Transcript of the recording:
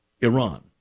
Iran